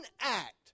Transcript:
act